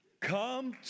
come